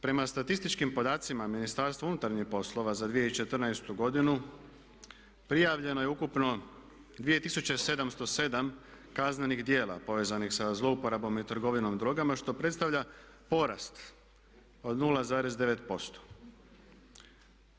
Prema statističkim podacima Ministarstva unutarnjih poslova za 2014. godinu prijavljeno je ukupno 2707 kaznenih djela povezanih sa zlouporabom i trgovinom drogama što predstavlja porast od 0,9%